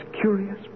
curious